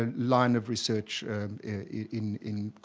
ah line of research in in